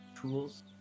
tools